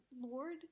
lord